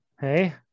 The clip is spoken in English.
Hey